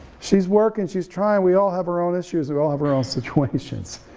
she's working, she's trying, we all have our own issues, we all have our own situations.